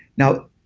now,